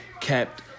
kept